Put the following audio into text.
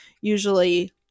usually